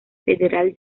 federal